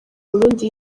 burundi